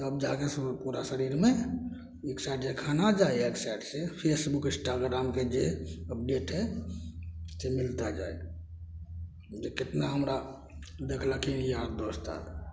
तब जाके पूरा शरीरमे एक साइड जे खाना जाइए एक साइड से फेसबुक इन्स्टाग्रामके जे अपडेट हइ से मिलता जाइ जे कतना हमरा देखलखिन यार दोस्त आओर